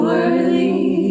Worthy